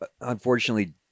unfortunately